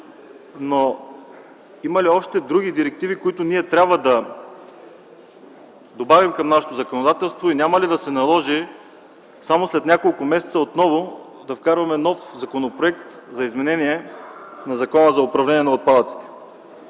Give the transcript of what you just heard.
но има ли други директиви, които трябва да добавим към нашето законодателство? Няма ли да се наложи само след няколко месеца отново да вкарваме нов законопроект за изменение на Закона за управление на отпадъците?